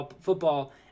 football